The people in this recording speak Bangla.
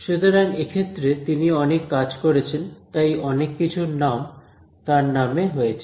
সুতরাং এক্ষেত্রে তিনি অনেক কাজ করেছেন তাই অনেক কিছুর নাম তার নামে হয়েছে